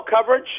coverage